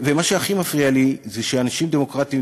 ומה שהכי מפריע לי זה שאנשים דמוקרטים,